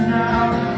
now